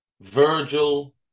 Virgil